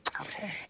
Okay